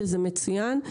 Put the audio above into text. וזה מצוין.